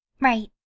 Right